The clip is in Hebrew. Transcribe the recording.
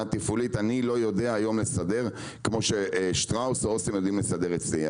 תפעולית אני לא יודע היום לסדר כמו ששטראוס או אסם יודעים לסדר אצלי.